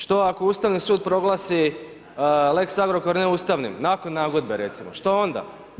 Što ako Ustavni sud proglasi lex Agrokor, neustavnim, nakon nagodbe, recimo, što onda?